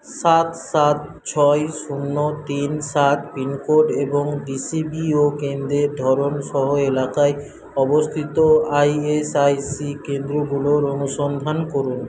সাত সাত ছয় শূন্য তিন সাত পিনকোড এবং ডিসিবিও কেন্দ্রের ধরন সহ এলাকায় অবস্থিত আইএসআইসি কেন্দ্রগুলোর অনুসন্ধান করুন